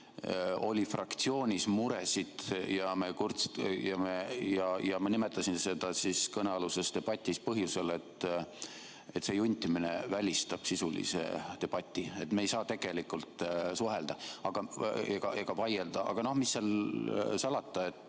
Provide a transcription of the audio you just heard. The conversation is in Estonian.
oli fraktsioonis muresid, ja ma nimetasin seda kõnealuses debatis põhjusel, et see juntimine välistab sisulise debati, me ei saa tegelikult suhelda ega vaielda. Aga mis seal salata,